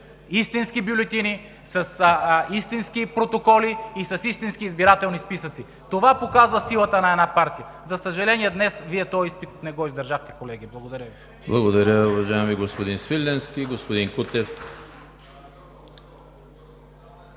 истински бюлетини, с истински протоколи и с истински избирателни списъци! Това показва силата на една партия. За съжаление, Вие днес този изпит не го издържахте, колеги. Благодаря Ви.